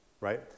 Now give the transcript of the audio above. right